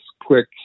quick